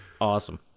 Awesome